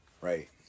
Right